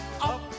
Up